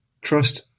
Trust